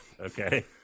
Okay